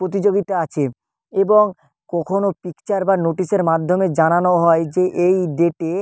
প্রতিযোগিতা আছে এবং কখনও পিকচার বা নোটিশের মাধ্যমে জানানো হয় যে এই ডেটে